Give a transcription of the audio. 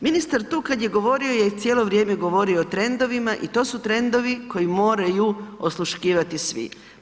Ministar tu kad je govorio je cijelo vrijeme govorio o trendovima i to su trendovi koje moraju osluškivati svi.